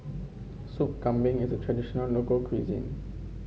Sop Kambing is a traditional local cuisine